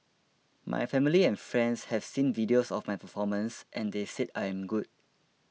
my family and friends have seen videos of my performances and they said I am good